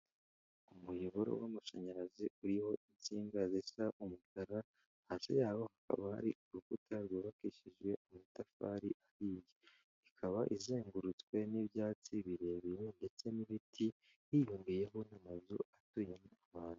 Umuyoboro w'amashanyarazi uriho insinga zisa umukara, hasi yaho hakaba hari urukuta rwubakishijwe amatafari ahiye, ikaba izengurutswe n'ibyatsi birebire ndetse n'ibiti, hiyongeyeho n'amazu atuyemo abantu.